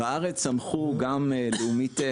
בארץ צמחו גם לאומיטק,